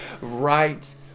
right